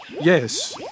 Yes